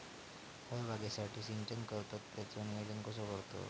फळबागेसाठी सिंचन करतत त्याचो नियोजन कसो करतत?